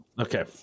okay